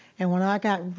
and when i got,